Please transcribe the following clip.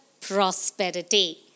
prosperity